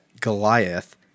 Goliath